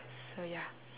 so ya